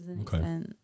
Okay